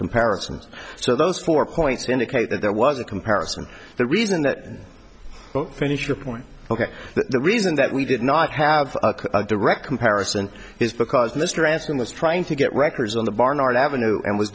comparisons so those four points indicate that there was a comparison the reason that won't finish your point ok the reason that we did not have a direct comparison and is because mr ransom was trying to get records on the barnard avenue and w